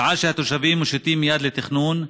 שעה שהתושבים מושיטים יד לתכנון,